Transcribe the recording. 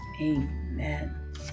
amen